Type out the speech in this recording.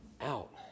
out